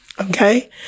Okay